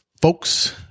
Folks